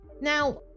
Now